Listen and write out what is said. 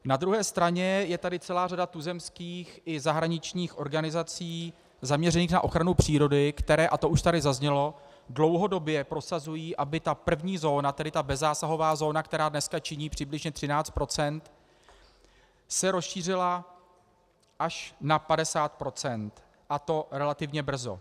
Na druhé straně je tady celá řada tuzemských i zahraničních organizací zaměřených na ochranu přírody, které, a to už tady zaznělo, dlouhodobě prosazují, aby ta první zóna, ta bezzásahová zóna, která dneska činí přibližně 13 %, se rozšířila až na 50 %, a to relativně brzo.